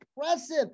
impressive